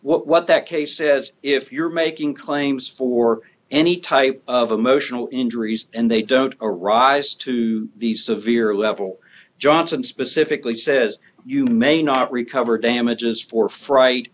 what that case says if you're making claims for any type of emotional injuries and they don't arise to the severe level johnson specifically says you may not recover damages for fright